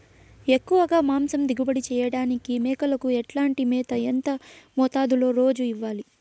ఎక్కువగా మాంసం దిగుబడి చేయటానికి మేకలకు ఎట్లాంటి మేత, ఎంత మోతాదులో రోజు ఇవ్వాలి?